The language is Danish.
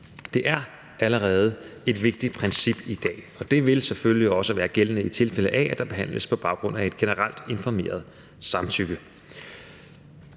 Der er allerede et vigtigt princip i dag, og det vil selvfølgelig også være gældende i tilfælde af, at der behandles på baggrund af et generelt informeret samtykke.